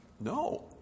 No